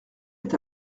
est